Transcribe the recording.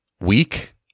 weak